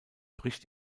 bricht